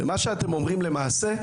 ומה שאתם אומרים למעשה,